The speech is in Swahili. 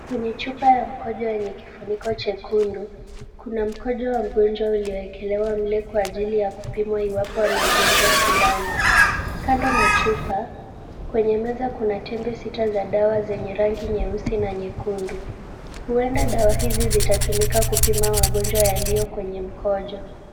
Kwenye chupa ya mkojo yenye kifuniko chekundu, kuna mkojo wa mgonjwa ulioekelewa mle kwa ajili ya kupimwa iwapo ana ugonjwa fulani. Kando na chupa kwenye meza kuna tembe sita za dawa zenye rangi nyeusi na nyekundu. Huenda dawa hizi zitatumika kupima wagonjwa yaliyo kwenye mkojo.